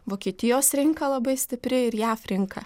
vokietijos rinka labai stipri ir jav rinka